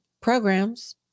programs